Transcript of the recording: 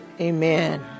Amen